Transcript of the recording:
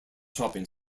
shopping